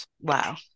Wow